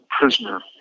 prisoner